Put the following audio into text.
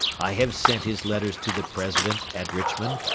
i have sent his letters to the president at richmond,